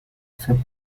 accept